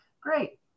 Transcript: great